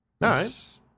Nice